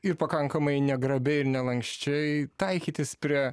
ir pakankamai negrabiai ir nelanksčiai taikytis prie